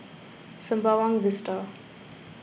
Sembawang Vista